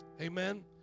Amen